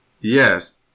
yes